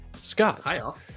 Scott